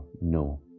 no